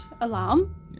alarm